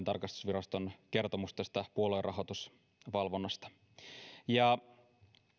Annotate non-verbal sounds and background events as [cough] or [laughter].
[unintelligible] tarkastusviraston kertomusta tästä puoluerahoitusvalvonnasta